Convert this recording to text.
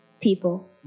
People